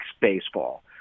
baseball